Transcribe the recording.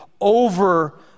over